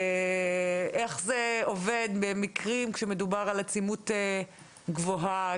איך זה עובד כשמדובר על עצימות גבוהה,